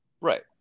right